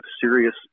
serious